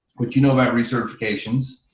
but you know about re-certifications,